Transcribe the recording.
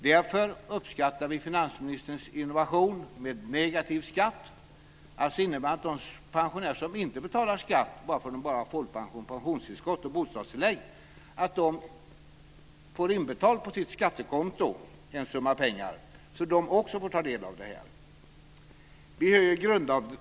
Därför uppskattar vi finansministerns innovation med negativ skatt som innebär att också de pensionärer som inte betalar någon skatt - som bara får folkpension, pensionstillskott och bostadstillägg - får en summa pengar inbetald på sitt skattekonto, så att de också får ta del av detta.